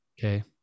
Okay